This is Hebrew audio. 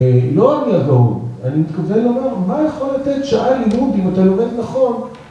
לא על ידו, אני מתכוון לומר מה יכול לתת שעה לימוד אם אתה לומד נכון